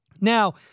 Now